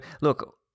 look